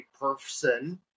person